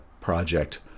project